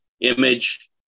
image